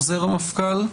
עוזר המפכ"ל,